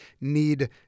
need